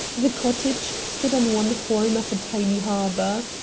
the cottage stood on one horn of a tiny harbor.